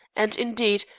and, indeed,